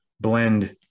blend